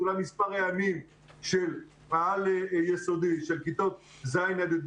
אולי מספר הימים של העל יסודי של כיתות ז'-י"ב,